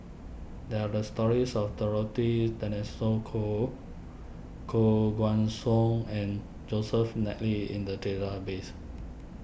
there are the stories of Dorothy Koh Koh Guan Song and Joseph McNally in the database